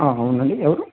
ఆ అవునండి ఎవరు